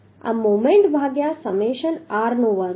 આ મોમેન્ટ ભાગ્યા summation r નો વર્ગ